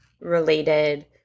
related